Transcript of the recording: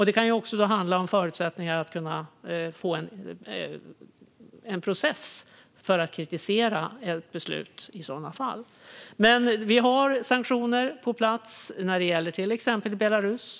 Det kan också handla om förutsättningar att kunna få en process för att kritisera ett beslut i sådana fall. Vi har sanktioner på plats när det gäller till exempel Belarus.